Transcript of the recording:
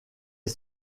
est